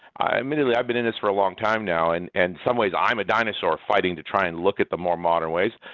admittedly, i've been in this for a long time now and in and some ways i'm a dinosaur fighting to try and look at the more modern ways.